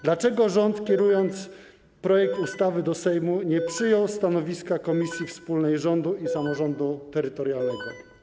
Dlaczego rząd, kierując projekt ustawy do Sejmu, nie przyjął stanowiska Komisji Wspólnej Rządu i Samorządu Terytorialnego?